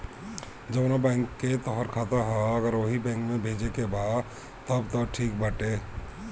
जवना बैंक के तोहार खाता ह अगर ओही बैंक में भेजे के बा तब त ठीक बाटे